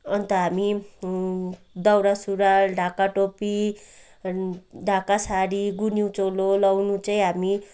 अन्त हामी दौरा सुरुवाल ढाकाटोपी ढाका साडी गुन्यू चोलो लाउनु चाहिँ हामी